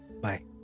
bye